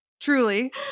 Truly